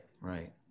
right